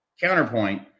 Counterpoint